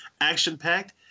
action-packed